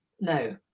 No